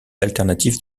alternatives